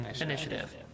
initiative